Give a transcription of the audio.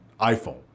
iPhone